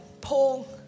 Paul